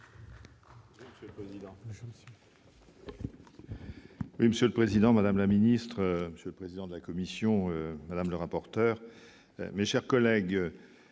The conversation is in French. Monsieur le président, madame la ministre, monsieur le président de la commission, madame la rapporteur, mes chers collègues,